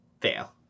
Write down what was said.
Fail